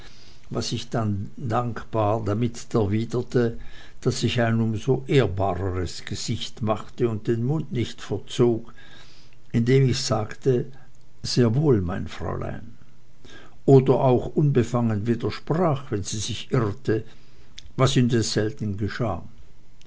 was ich dann dankbarst damit erwiderte daß ich ein um so ehrbareres gesicht machte und den mund nicht verzog indem ich sagte sehr wohl mein fräulein oder auch unbefangen widersprach wenn sie sich irrte was indes selten geschah